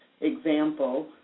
Example